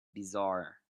bizarre